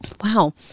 Wow